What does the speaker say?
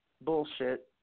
Bullshit